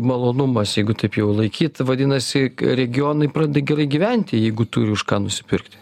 malonumas jeigu taip jau laikyt vadinasi regionai pradeda gerai gyventi jeigu turi už ką nusipirkt